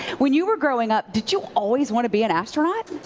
when you were growing up, did you always want to be an astronaut?